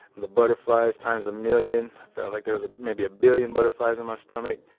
the butterflies times a million. i felt like there was a maybe a billion butterflies in my stomach.